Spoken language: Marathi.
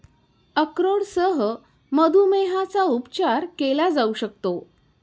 अक्रोडसह मधुमेहाचा उपचार केला जाऊ शकतो